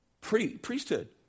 Priesthood